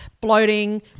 Bloating